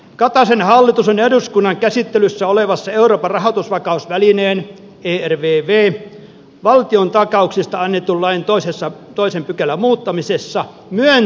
kataisen hallituksen ja eduskunnan käsittelyssä olevassa euroopan rahoitusvakausvälineen hirvee vie valtion takauksesta annetun lain toisessa toisen pykälän muuttamisessa mitään